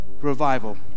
revival